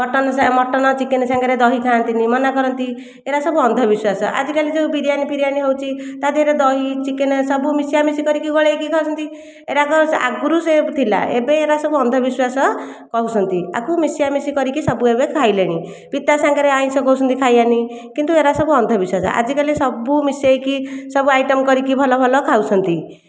mutton mutton chicken ସାଙ୍ଗରେ ଦହି ଖାଆନ୍ତିନି ମନା କରନ୍ତି ଏରାସବୁ ଅନ୍ଧବିଶ୍ୱାସ ଆଜିକାଲି ଯୋଉ ବିରିୟାନୀ ଫିରିୟାନୀ ହେଉଛି ତା ଦିହରେ ଦହି ଚିକେନ୍ ସବୁ ମିଶିଆ ମିଶି କରି ଗୋଳେଇକି ଖାଉଛନ୍ତି ଏରାକ ଆଗରୁ ସେ ଥିଲା ଏବେ ଏରା ସବୁ ଅନ୍ଧବିଶ୍ୱାସ କହୁଛନ୍ତି ଆକୁ ମିଶିଆମିଶି କରିକି ସବୁ ଏବେ ଖାଇଲେଣି ପିତା ସାଙ୍ଗରେ ଆଇଁଷ କହୁଛନ୍ତି ଖାଇବାନି କିନ୍ତୁ ଏରା ସବୁ ଅନ୍ଧବିଶ୍ୱାସ ଆଜିକାଲି ସବୁ ମିଶେଇକି ସବୁ ଆଇଟମ୍ କରିକି ଭଲ ଭଲ ଖାଉଛନ୍ତି